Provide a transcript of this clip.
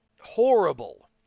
horrible